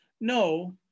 No